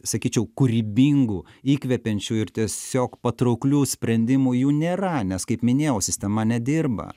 sakyčiau kūrybingų įkvėpiančių ir tiesiog patrauklių sprendimų jų nėra nes kaip minėjau sistema nedirba